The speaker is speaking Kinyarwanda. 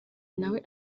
nawe